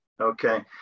Okay